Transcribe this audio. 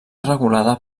regulada